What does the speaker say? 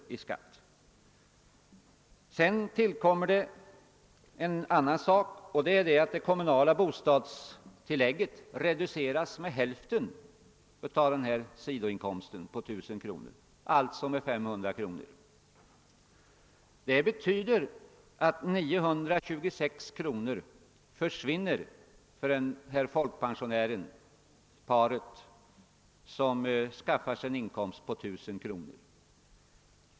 Vidare reduceras det kommunala bostadstillägget med hälften av sidoinkomsten på 1000 kr., alltså med 500 kr. Det betyder att 920 kr. försvinner för det pensionärspar som skaffar sig en inkomst på 1 000 kr.